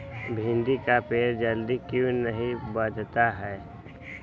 भिंडी का पेड़ जल्दी क्यों नहीं बढ़ता हैं?